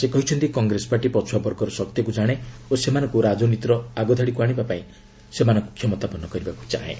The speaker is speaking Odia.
ସେ କହିଛନ୍ତି କଂଗ୍ରେସ ପାର୍ଟି ପଛୁଆବର୍ଗର ଶକ୍ତିକୁ ଜାଣେ ଓ ସେମାନଙ୍କୁ ରାଜନୀତର ଆଗଧାଡ଼ିକୁ ଆଶିବା ପାଇଁ ସେମାନଙ୍କୁ କ୍ଷମତାପନ୍ନ କରିବାକୁ ଚାହେଁ